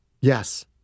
Yes